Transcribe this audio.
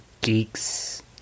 geeks